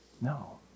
No